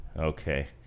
Okay